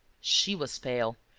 she was pale,